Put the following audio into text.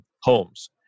homes